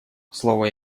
слово